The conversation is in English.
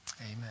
amen